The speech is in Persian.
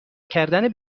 کردن